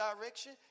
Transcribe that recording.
direction